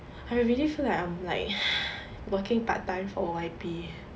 I really feel like I'm like !hais! working part time for Y_P